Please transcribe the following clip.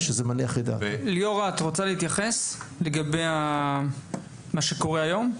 ליאורה, את רוצה להתייחס לגבי מה שקורה היום?